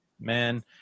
Man